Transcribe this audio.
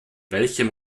welchem